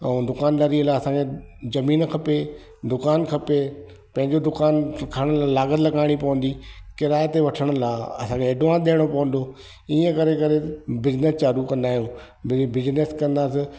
ऐं दुकानदारीअ लाइ असां खे ज़मीन खपे दुकानु खपे पंहिंजो दुकानु खणण लाइ लाॻति लॻाइणी पवंदी किराए ते वठण लाइ हाणे एडवांस ॾियणो पवंदो इअं करे करे बिज़निस चालू कंदा आहियूं बई बिज़निस कंदासीं